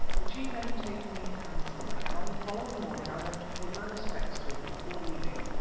the chief entertained me handsomely, and on the following morning i went to pay my respects to him before leaving,